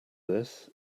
this